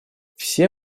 все